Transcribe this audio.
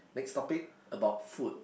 next topic about food